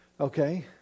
Okay